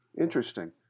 Interesting